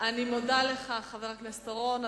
אני מודה לך, חבר הכנסת אורון.